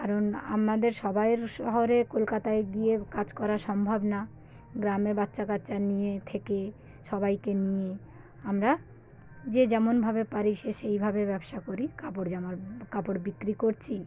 কারণ আমাদের সবাইয়ের শহরে কলকাতায় গিয়ে কাজ করা সম্ভব না গ্রামে বাচ্চাকাচ্চা নিয়ে থেকে সবাইকে নিয়ে আমরা যে যেমনভাবে পারি সে সেইভাবে ব্যবসা করি কাপড় জামার কাপড় বিক্রি করছি